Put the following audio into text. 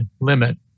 limit